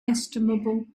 estimable